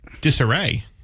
disarray